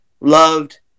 loved